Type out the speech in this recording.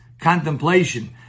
contemplation